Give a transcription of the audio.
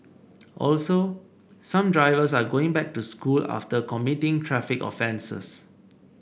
also some drivers are going back to school after committing traffic offences